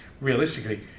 realistically